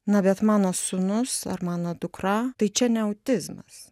na bet mano sūnus ar mano dukra tai čia ne autizmas